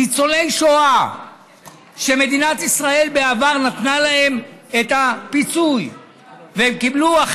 ניצולי שואה שמדינת ישראל בעבר נתנה להם את הפיצוי והם קיבלו,